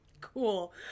Cool